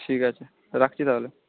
ঠিক আছে রাখছি তাহলে